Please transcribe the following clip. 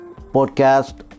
podcast